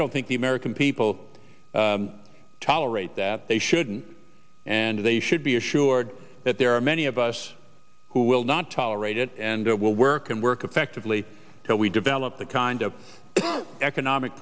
don't think the american people tolerate that they shouldn't and they should be assured that there are many of us who will not tolerate it and it will work and work effectively till we develop the kind of economic